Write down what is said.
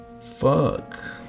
Fuck